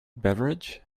beverage